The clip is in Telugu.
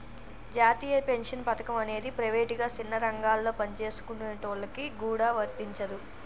జాతీయ పెన్షన్ పథకం అనేది ప్రైవేటుగా సిన్న రంగాలలో పనిచేసుకునేటోళ్ళకి గూడా వర్తించదు